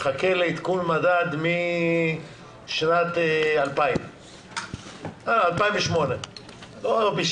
מחכה לעדכון מדד משנת 2008. זה יהיה